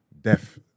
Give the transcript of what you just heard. death